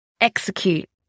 execute